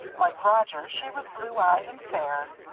like roger, she was blue-eyed and fair.